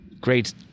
Great